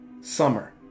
summer